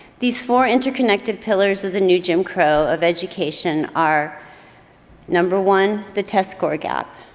these four interconnected pillars of the new jim crow of education are number one, the test score gap,